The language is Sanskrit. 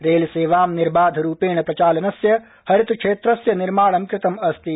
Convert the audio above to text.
रेलसेवां निर्वाधरूपेण प्रचालनस्य हरित क्षेत्रस्य निर्माणं कृतम् अस्ति